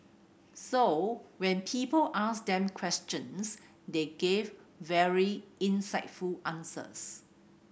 so when people asked them questions they gave very insightful answers